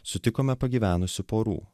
sutikome pagyvenusių porų